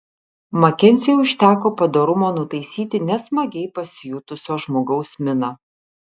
makenziui užteko padorumo nutaisyti nesmagiai pasijutusio žmogaus miną